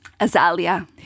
Azalia